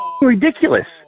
ridiculous